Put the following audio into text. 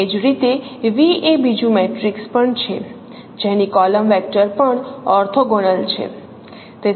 એ જ રીતે V એ બીજું મેટ્રિક્સ પણ છે જેની કોલમ વેક્ટર પણ ઓર્થોગોનલ છે